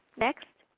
next.